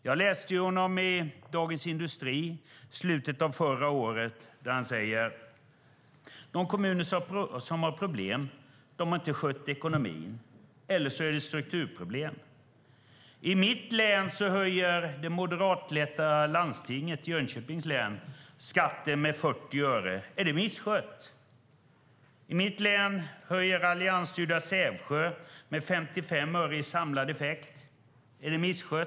Jag läste vad han skrev i Dagens Industri i slutet av förra året, då han säger: De kommuner som har problem har inte skött ekonomin, eller så har de strukturproblem. I mitt hemlän, Jönköpings län, höjer det moderatledda landstinget skatten med 40 öre. Är det misskött? I mitt hemlän höjer det alliansstyrda Sävsjö med 55 öre i samlad effekt. Är det misskött?